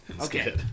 Okay